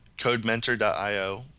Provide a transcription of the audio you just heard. CodeMentor.io